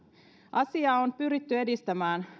asiaa on pyritty edistämään